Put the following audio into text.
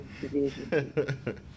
division